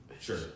Sure